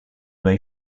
may